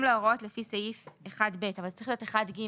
להוראות לפי סעיף 1ב אבל זה צריך להיות 1ג,